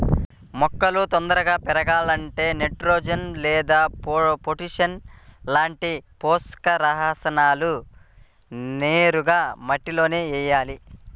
మొక్కలు తొందరగా పెరగాలంటే నైట్రోజెన్ లేదా పొటాషియం లాంటి పోషక రసాయనాలను నేరుగా మట్టిలో వెయ్యాలి